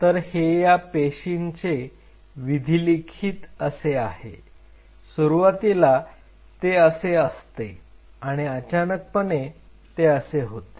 तर हे या पेशींचे विधिलिखीत असे आहे सुरुवातीला ते असे असते आणि अचानकपणे ते असे होते